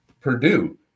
Purdue